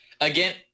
Again